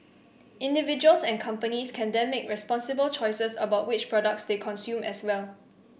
individuals and companies can then make responsible choices about which products they consume as well